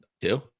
two